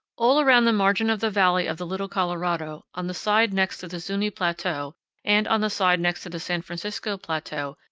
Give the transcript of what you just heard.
all round the margin of the valley of the little colorado, on the side next to the zuni plateau and on the side next to the san francisco plateau,